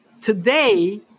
today